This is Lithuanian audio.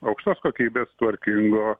aukštos kokybės tvarkingo